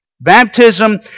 Baptism